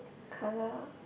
color